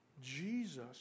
Jesus